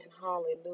hallelujah